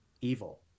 evil